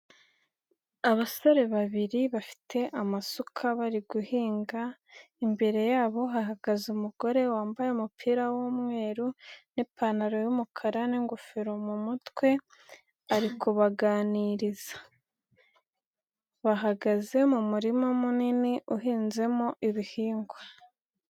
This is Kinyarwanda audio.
Abasore babiri bafite amasuka bari guhinga, imbere yabo hahagaze umugore wambaye umupira w'umweru n'ipantaro y'umukara n'ingofero mu mutwe ari kubaganiriza, bahagaze mu murima munini uhinzemo ibihingwa.